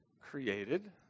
created